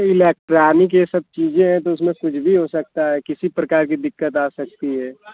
electronic ये सब चीजें हैं तो उसमें कुछ भी हो सकता है किसी प्रकार की दिक्कत आ सकती है